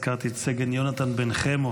הזכרתי את סגן יונתן בן חמו,